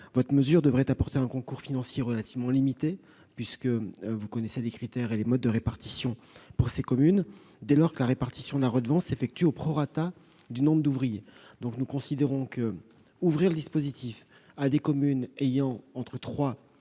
sénateur, devrait apporter un concours financier relativement limité compte tenu des critères et modes de répartition pour ces communes, dès lors que la répartition de la redevance s'effectue au prorata du nombre d'ouvriers. Nous considérons que votre proposition d'ouvrir le dispositif à des communes ayant entre trois et